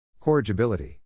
Corrigibility